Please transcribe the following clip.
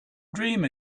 dream